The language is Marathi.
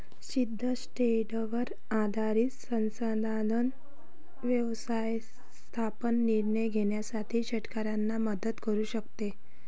सिद्ध ट्रेंडवर आधारित संसाधन व्यवस्थापन निर्णय घेण्यास शेतकऱ्यांना मदत करू शकते